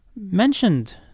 mentioned